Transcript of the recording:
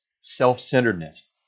self-centeredness